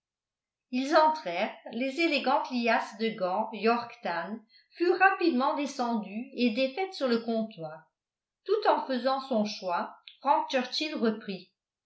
ils entrèrent les élégantes liasses de gants yorktan furent rapidement descendues et défaites sur le comptoir tout en faisant son choix